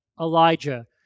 Elijah